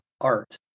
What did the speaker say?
art